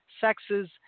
sexes